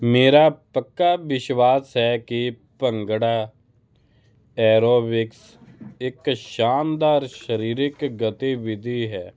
ਮੇਰਾ ਪੱਕਾ ਵਿਸ਼ਵਾਸ ਹੈ ਕਿ ਭੰਗੜਾ ਐਰੋਬਿਕਸ ਇੱਕ ਸ਼ਾਨਦਾਰ ਸ਼ਰੀਰਿਕ ਗਤੀਵਿਧੀ ਹੈ